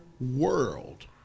world